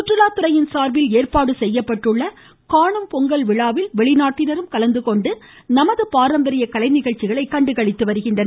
சுற்றுலாத்துறை சார்பில் ஏற்பாடு செய்யப்பட்டுள்ள காணும் பொங்கல் விழாவில் வெளிநாட்டினரும் கலந்துகொண்டு நமது பாரம்பரிய கலை நிகழ்ச்சிகளை கண்டு களித்து வருகின்றனர்